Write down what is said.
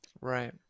right